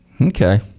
Okay